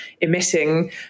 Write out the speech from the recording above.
emitting